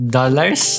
dollars